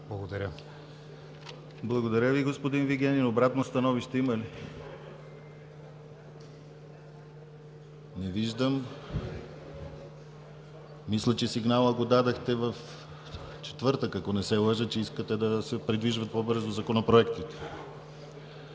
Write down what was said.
Благодаря Ви, господин Вигенин. Обратно становище има ли? Не виждам. Мисля, че дадохте сигнала в четвъртък, ако не се лъжа, че искате да се придвижват по-бързо законопроектите.